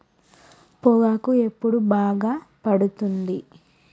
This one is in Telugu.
పొగాకు ఎప్పుడు బాగా పండుతుంది?